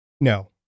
No